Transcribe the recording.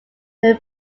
their